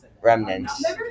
remnants